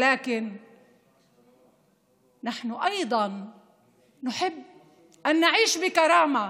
אבל אנחנו גם אוהבים לחיות בכבוד.